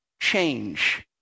change